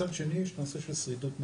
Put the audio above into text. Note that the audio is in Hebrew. מצד שני יש את הנושא של שרידות מערכת,